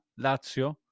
Lazio